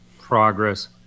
progress